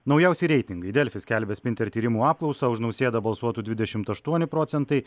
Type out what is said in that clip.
naujausi reitingai delfi skelbia sprinter tyrimų apklausą už nausėdą balsuotų dvidešimt aštuoni procentai